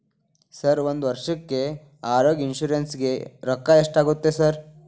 Sir ಒಂದು ವರ್ಷಕ್ಕೆ ಆರೋಗ್ಯ ಇನ್ಶೂರೆನ್ಸ್ ಗೇ ರೊಕ್ಕಾ ಎಷ್ಟಾಗುತ್ತೆ ಸರ್?